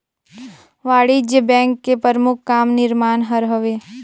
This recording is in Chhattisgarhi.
वाणिज्य बेंक के परमुख काम निरमान हर हवे